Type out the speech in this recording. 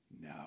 No